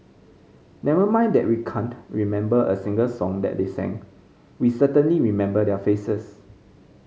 never mind that we can't remember a single song that they sang we certainly remember their faces